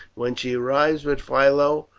when she arrives with philo,